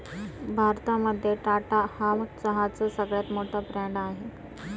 भारतामध्ये टाटा हा चहाचा सगळ्यात मोठा ब्रँड आहे